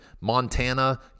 montana